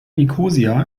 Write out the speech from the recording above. nikosia